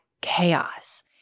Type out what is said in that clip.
chaos